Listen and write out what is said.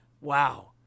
wow